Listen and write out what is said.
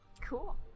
Cool